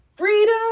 Freedom